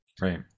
Right